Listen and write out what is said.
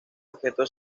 objetos